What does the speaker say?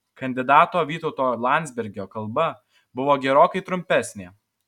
kandidato vytauto landsbergio kalba buvo gerokai trumpesnė